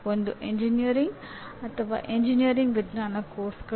ಒಂದು ಎಂಜಿನಿಯರಿಂಗ್ ಅಥವಾ ಎಂಜಿನಿಯರಿಂಗ್ ವಿಜ್ಞಾನ ಪಠ್ಯಕ್ರಮಗಳು